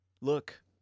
look